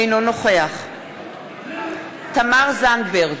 אינו נוכח תמר זנדברג,